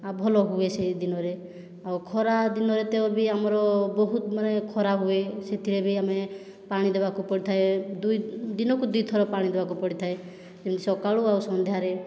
ଆଉ ଭଲ ହୁଏ ସେହି ଦିନରେ ଆଉ ଖରା ଦିନରେ ତ ବି ଆମର ବହୁତ ମାନେ ଖରା ହୁଏ ସେଥିରେ ବି ଆମେ ପାଣି ଦେବାକୁ ପଡ଼ିଥାଏ ଦୁଇ ଦିନକୁ ଦୁଇଥର ପାଣି ଦେବାକୁ ପଡ଼ିଥାଏ ଯେମିତି ସକାଳୁ ଆଉ ସନ୍ଧ୍ୟାରେ